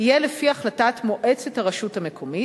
יהיה לפי החלטת מועצת הרשות המקומית,